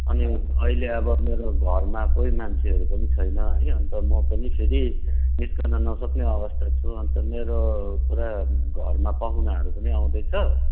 अनि अहिले मेरो घरमा कोही मान्छेहरू पनि छैन है अन्त म पनि फेरि निस्कन नसक्ने अवास्थामा छु अन्त मेरो पुरा घरमा पाहुनाहरू पनि आउँदैछ